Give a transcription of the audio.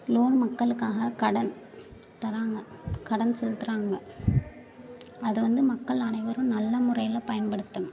loan மக்களுக்காக கடன் தராங்க கடன் செலுத்துகிறாங்க அதை வந்து மக்கள் அனைவரும் நல்ல முறையில் பயன்படுத்தணும்